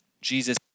Jesus